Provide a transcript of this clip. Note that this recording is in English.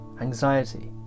anxiety